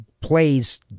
plays